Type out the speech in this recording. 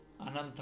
Ananta